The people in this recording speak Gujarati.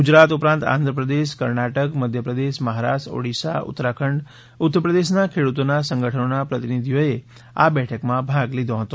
ગુજરાત ઉપરાંત આંધ્રપ્રદેશ કર્ણાટક મધ્યપ્રદેશ મહારાષ્ટ્ર ઓડીશા ઉત્તરાખંડ ઉત્તરપ્રદેશના ખેડૂતોના સંગઠનોના પ્રતિનીધીઓએ આ બેઠકમાં ભાગ લીધો હતો